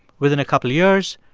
within a couple years,